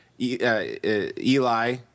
Eli